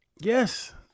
Yes